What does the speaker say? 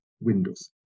windows